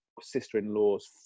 sister-in-law's